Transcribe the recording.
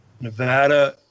Nevada